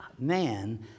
Man